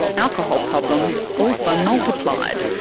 alcohol problems also multiplied.